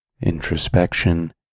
introspection